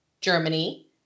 Germany